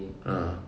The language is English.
a'ah